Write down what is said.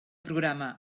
programa